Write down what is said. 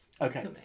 Okay